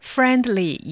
Friendly